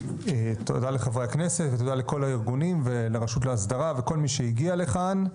תודה לחברי הכנסת ותודה לכל הארגונים ולרשות לאסדרה ולכל מי שהגיע לכאן.